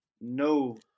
no